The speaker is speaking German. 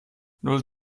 null